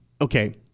Okay